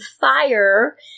fire